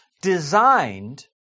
designed